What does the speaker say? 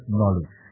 knowledge